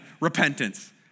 repentance